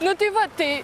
nu tai va tai